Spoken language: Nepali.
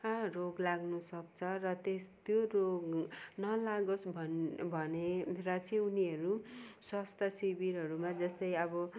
रोग लाग्नु सक्छ र त्यस त्यो रोग नलागोस् भने भनेर चाहिँ उनीहरू स्वास्थ्य शिविरहरूमा जस्तै अब